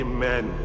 Amen